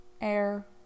air